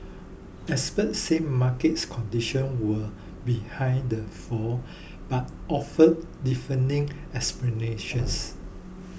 experts said markets conditions were behind the fall but offered differing explanations